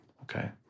Okay